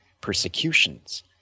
persecutions